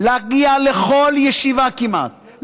להגיע לכל ישיבה כמעט,